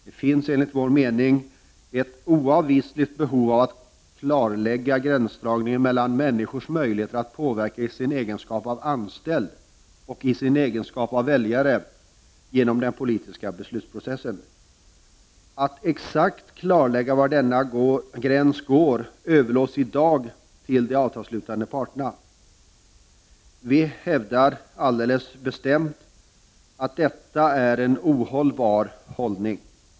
Det finns enligt vår mening ett oavvisligt behov av att klarlägga gränsdragningen mellan människors möjligheter att påverka i sin egenskap av anställd och i sin egenskap av väljare genom den politiska beslutsprocessen. Att exakt klarlägga var denna gräns går överlåts i dag till de avtalsslutande parterna. Vi hävdar alldeles bestämt att detta är en ohållbar hållning.